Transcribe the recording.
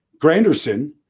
Granderson